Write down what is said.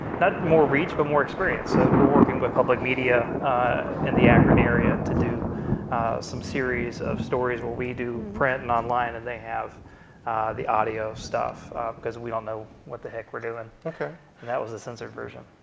not more reach but more experience. so we're working with public media in the akron area to do some series of stories where we do print and online, and they have the audio stuff because we don't know what the heck we're doing. and and that was the censored version.